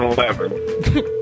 Eleven